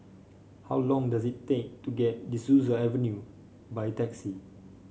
how long does it take to get De Souza Avenue by taxi